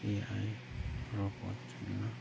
A I ꯔꯣꯕꯣꯠꯁꯤꯡꯅ